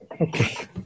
okay